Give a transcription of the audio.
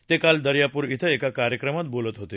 ते काल दर्यापूर धिं एका कार्यक्रमात बोलत होते